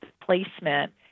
placement